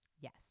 Yes